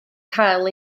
cael